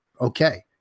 Okay